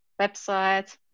website